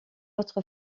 autre